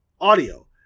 audio